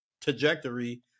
trajectory